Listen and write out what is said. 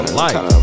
life